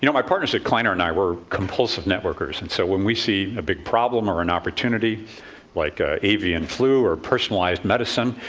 you know my partners at kleiner and i were compulsive networkers, and so when we see a big problem or an opportunity like ah avian flu or personalized medicine,